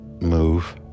move